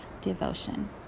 devotion